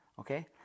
okay